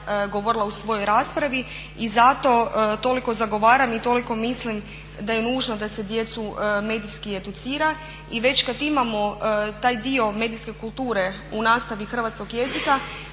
govorila u svojoj raspravi. I zato toliko zagovaram i toliko mislim da je nužno da se djecu medijskih educira i već kad imamo taj dio medijske kulture u nastavi hrvatskog jezika